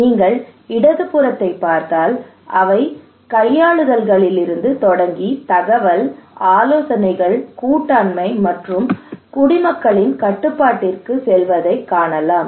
நீங்கள் இடது புறத்தைப் பார்த்தால் அவை கையாளுதல்களிலிருந்து தொடங்கி தகவல் ஆலோசனைகள் கூட்டாண்மை மற்றும் குடிமக்களின் கட்டுப்பாட்டிற்குச் செல்வதைக் காணலாம்